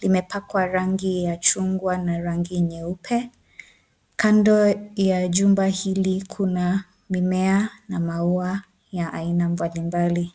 limepakwa rangi ya chungwa na rangi nyeupe. Kando ya jumba hili kuna mimea na maua ya aina mbalimbali.